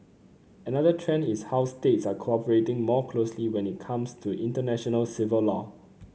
another trend is how states are cooperating more closely when it comes to international civil law